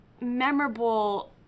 memorable